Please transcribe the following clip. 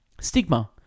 Stigma